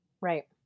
Right